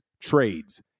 trades